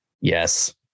Yes